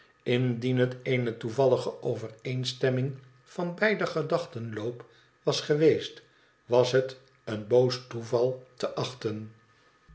indien het eene toevallige overeenstemming van beider gedachtenloop was geweest was het een boos toeval te achten